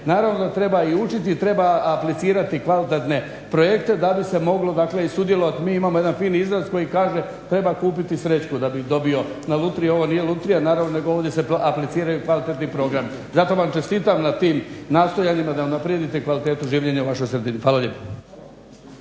Naravno da treba i učiti i treba aplicirati kvalitetne projekte da bi se moglo dakle i sudjelovati, mi imamo jedan fini izraz koji kaže treba kupiti srećku da bi dobio na lutriji. Ovo nije lutrija naravno, nego ovdje se apliciraju kvalitetni programi. Zato vam čestitam na tim nastojanjima da unaprijedite kvalitetu življenja u vašoj sredini. Hvala lijepo.